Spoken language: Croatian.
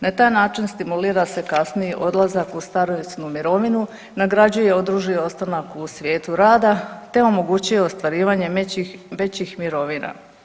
Na taj način stimulira se kasniji odlazak u starosnu mirovinu, nagrađuje duži ostanak u svijetu rada te omogućuje ostvarivanje većih mirovina.